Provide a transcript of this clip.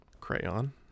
Crayon